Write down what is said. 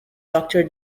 doctor